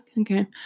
okay